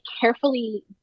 carefully